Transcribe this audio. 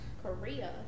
Korea